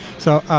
so